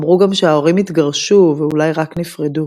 ואמרו גם שההורים התגרשו ואולי רק נפרדו.